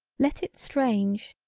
let it strange,